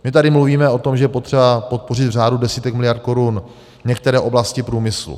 My tady mluvíme o tom, že je potřeba podpořit v řádu desítek miliard korun některé oblasti průmyslu.